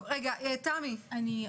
תמי, בבקשה.